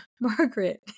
margaret